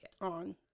On